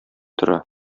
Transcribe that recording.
тора